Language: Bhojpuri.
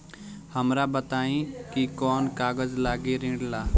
हमरा बताई कि कौन कागज लागी ऋण ला?